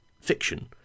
fiction